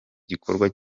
gikorwa